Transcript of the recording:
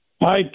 Hi